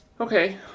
Okay